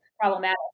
problematic